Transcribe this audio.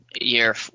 year